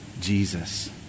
Jesus